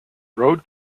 road